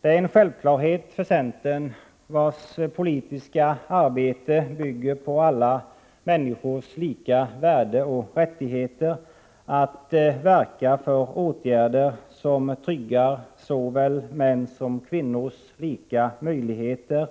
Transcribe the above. Det är en självklarhet för centern, vars politiska arbete bygger på uppfattningen om alla människors lika värde och rättigheter, att verka för åtgärder som tryggar såväl mäns som kvinnors lika möjligheter